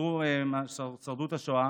ששרדו בשואה,